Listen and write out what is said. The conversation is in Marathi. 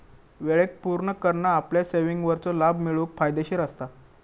वेळेक पुर्ण करना आपल्या सेविंगवरचो लाभ मिळवूक फायदेशीर असता